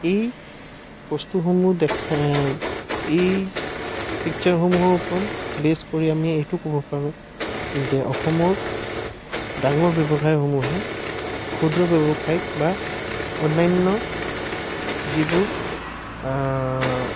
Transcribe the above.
এই বস্তুসমূহ দেখা এই পিক্চাৰৰসমূহৰ ওপৰত বেছ কৰি আমি এইটো ক'ব পাৰোঁ যে অসমৰ ডাঙৰ ব্যৱসায়সমূহে ক্ষুদ্ৰ ব্যৱসায়ক বা অন্যান্য যিবোৰ